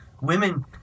women